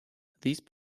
these